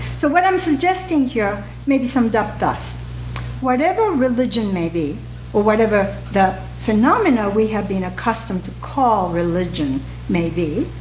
so what i'm suggesting here may be summed up thus whatever religion may be or whatever the phenomena we have been accustomed to call religion may be,